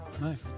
Nice